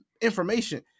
information